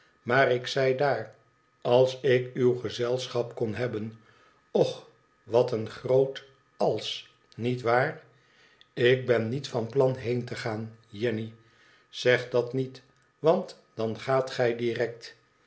maar ik zei daar als ik uw gezelschap kon hebben och wat een groot als niet waar ik ben niet van plan heen te gaan jenny izeg dat niet want dan gaat gij